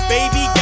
Baby